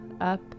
up